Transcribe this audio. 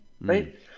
right